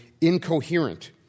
incoherent